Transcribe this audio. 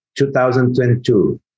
2022